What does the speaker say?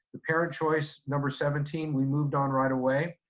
the parent choice, number seventeen, we moved on right away.